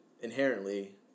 inherently